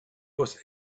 was